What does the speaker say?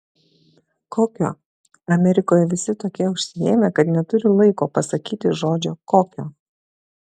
kokio amerikoje visi tokie užsiėmę kad neturi laiko pasakyti žodžio kokio